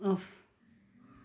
of